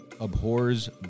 abhors